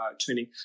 training